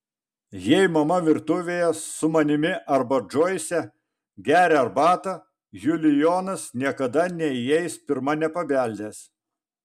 jei mama virtuvėje su manimi arba džoise geria arbatą julijonas niekada neįeis pirma nepabeldęs